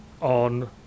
on